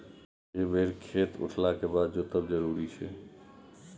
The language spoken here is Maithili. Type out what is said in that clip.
के बेर खेत उठला के बाद जोतब जरूरी छै?